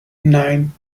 nine